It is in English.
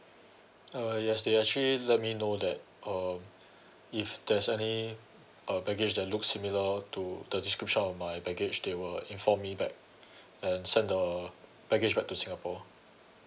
uh yes they actually let me know that uh if there's any uh baggage the looks similar to the description of my baggage they will inform me back and send the baggage back to singapore